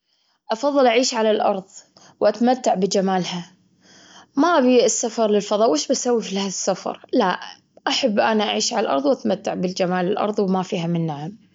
حسب الوقت أكون مدبوز بالدياي، وما يفرق معاي صيف أو شتا. أحب دايما شوربة، سلطات، يعني عادي، محشي، كله يتاكل. الحمد لله وفضل من نعمة من الله.